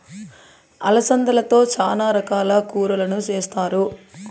అలసందలతో చానా రకాల కూరలను చేస్తారు